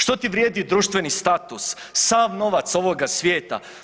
Što ti vrijedi društveni status, sav novac ovoga svijeta?